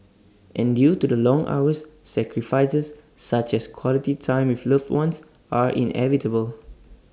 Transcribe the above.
and due to the long hours sacrifices such as quality time with loved ones are inevitable